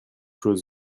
chose